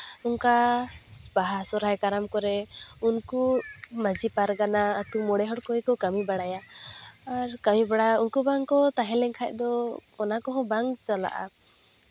ᱚᱱᱠᱟ ᱵᱟᱦᱟ ᱥᱚᱨᱦᱟᱭ ᱠᱟᱨᱟᱢ ᱠᱚᱨᱮ ᱩᱱᱠᱩ ᱢᱟᱹᱡᱷᱤ ᱯᱟᱨᱜᱟᱱᱟ ᱟᱛᱳ ᱢᱚᱬᱮ ᱦᱚᱲ ᱠᱚᱜᱮ ᱠᱚ ᱠᱟᱹᱢᱤ ᱵᱟᱲᱟᱭᱟ ᱟᱨ ᱠᱟᱹᱢᱤᱵᱟᱲᱟ ᱩᱱᱠᱩ ᱵᱟᱝᱠᱚ ᱛᱟᱦᱮᱸ ᱞᱮᱱᱠᱷᱟᱡ ᱫᱚ ᱚᱱᱟ ᱠᱚᱦᱚᱸ ᱵᱟᱝ ᱪᱟᱞᱟᱜᱼᱟ